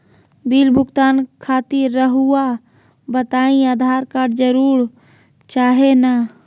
Bill भुगतान खातिर रहुआ बताइं आधार कार्ड जरूर चाहे ना?